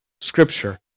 scripture